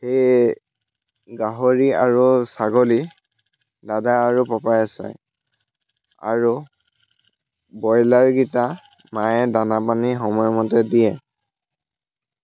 সেয়ে গাহৰি আৰু ছাগলী দাদা আৰু পাপাই চায় আৰু বইলাৰকেইটা মায়ে দানা পানী সময়মতে দিয়ে